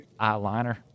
eyeliner